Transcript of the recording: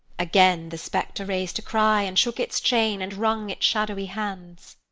again the spectre raised a cry, and shook its chain and wrung its shadowy hands.